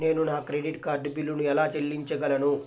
నేను నా credit card బిల్లును ఎలా చెల్లించగలను?